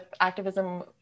activism